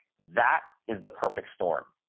that is the perfect storm.